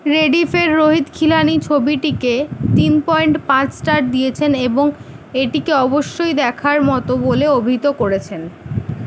Rediff এর রোহিত খিলানি ছবিটিকে তিন পয়েন্ট পাঁচ স্টার দিয়েছেন এবং এটিকে অবশ্যই দেখার মতো বলে অভিহিত করেছেন